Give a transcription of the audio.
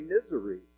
misery